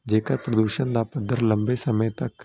ਜੇਕਰ ਪਲੂਸ਼ਣ ਦਾ ਪੱਧਰ ਲੰਬੇ ਸਮੇਂ ਤੱਕ